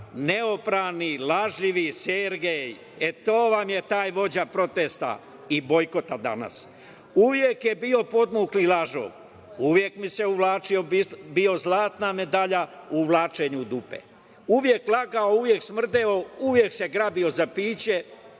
„Neoprani, lažljivi Sergej, e to vam je taj vođa protesta i bojkota danas. Uvek je bio podmukli lažov, uvek mi se uvlačio, bio zlatna medalja u uvlačenju u dupe. Uvek lagao, uvek smrdeo, uvek se grabio za piće,